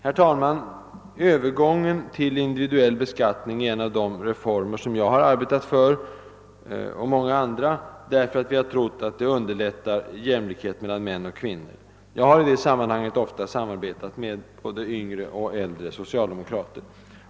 Herr talman! Övergången till individuell beskattning är en av de reformer som jag och många andra arbetat för därför att vi har trott att den underlättar skapandet av jämlikhet mellan min och kvinnor. Jag har i detta sammanhang ofta samarbetat med både yngre och äldre socialdemokrater.